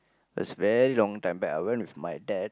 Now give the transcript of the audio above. it's very long time back I went with my dad